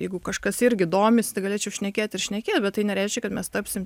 jeigu kažkas irgi domisi tai galėčiau šnekėt ir šnekėt bet tai nereiškia kad mes tapsim